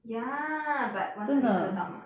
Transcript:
ya but 晚上你看得到吗